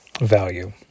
value